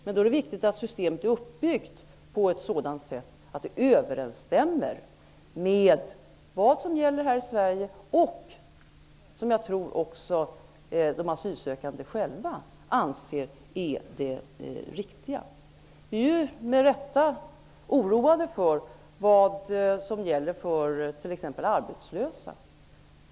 Men då är det viktigt att systemet är uppbyggt på ett sådant sätt att det överensstämmer med vad som gäller här i Sverige och vad de asylsökande själva anser är det riktiga. Vi är ju -- med rätta -- oroade för t.ex. de arbetslösa.